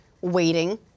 waiting